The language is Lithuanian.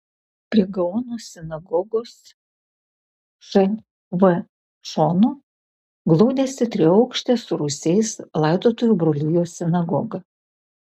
prie gaono sinagogos šv šono glaudėsi triaukštė su rūsiais laidotojų brolijos sinagoga